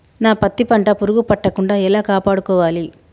నా పత్తి పంట పురుగు పట్టకుండా ఎలా కాపాడుకోవాలి?